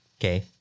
okay